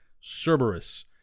cerberus